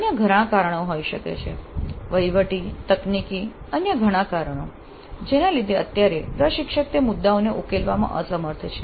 અન્ય ઘણા કારણો હોઈ શકે છે વહીવટી તકનીકી અન્ય ઘણા કારણો જેના લીધે અત્યારે પ્રશિક્ષક તે મુદ્દાઓને ઉકેલવામાં અસમર્થ છે